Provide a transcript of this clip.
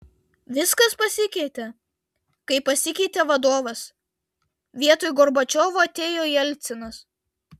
viskas pasikeitė kai pasikeitė vadovas vietoj gorbačiovo atėjo jelcinas